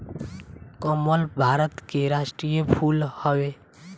कमल भारत के राष्ट्रीय फूल हवे